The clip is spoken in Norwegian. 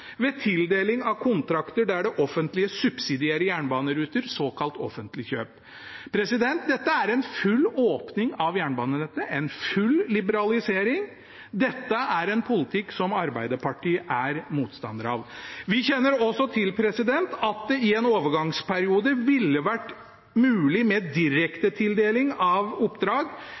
ved tildeling av kontrakter der det offentlige subsidierer jernbaneruter, såkalt offentlig kjøp. Dette er en full åpning av jernbanenettet, en full liberalisering. Dette er en politikk som Arbeiderpartiet er motstander av. Vi kjenner også til at det i en overgangsperiode ville vært mulig med direktetildeling av oppdrag